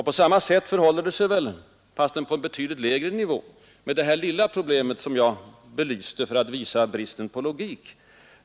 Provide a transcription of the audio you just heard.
På samma sätt förhåller det sig, fastän på betydligt lägre nivå, med det exempel som jag gav för att påvisa bristen på logik.